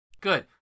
Good